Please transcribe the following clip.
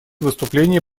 выступление